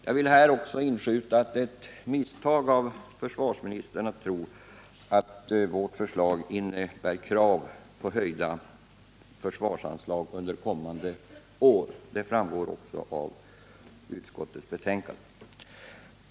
Jag vill här inskjuta att det är ett misstag av försvarsministern att tro att vårt förslag innebär krav på höjda försvarsanslag under kommande budgetår. Detta framgår också av utskottets betänkande.